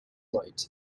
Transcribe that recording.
light